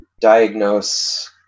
diagnose